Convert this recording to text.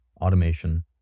automation